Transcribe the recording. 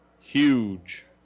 Huge